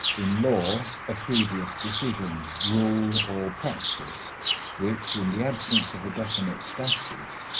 in law, a previous decision, rule or practice which, in the absence of a definite statute,